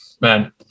man